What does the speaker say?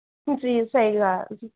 जी सही ॻाल्हि